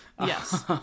yes